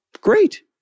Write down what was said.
great